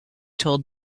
told